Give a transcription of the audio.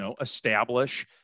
establish